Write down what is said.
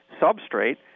substrate